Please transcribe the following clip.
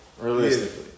realistically